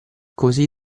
così